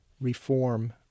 reform